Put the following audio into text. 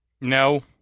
No